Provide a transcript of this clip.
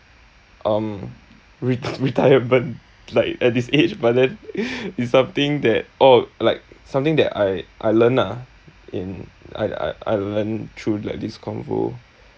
um re~ retirement like at this age but then it's something that oh like something that I I learned ah in I I I learn through like this convo